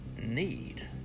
need